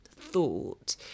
thought